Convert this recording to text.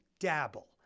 dabble